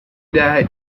that